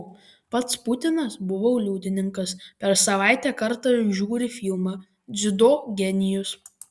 pats putinas buvau liudininkas per savaitę kartą žiūri filmą dziudo genijus